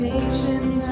nations